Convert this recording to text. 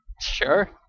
Sure